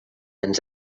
ens